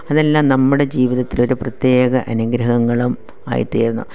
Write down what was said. അതെല്ലാം നമ്മുടെ ജീവിതത്തിൽ ഒരു പ്രത്യേക അനുഗ്രഹങ്ങളും ആയിത്തീരുന്നു